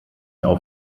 auf